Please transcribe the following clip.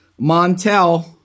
Montel